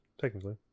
technically